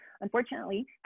Unfortunately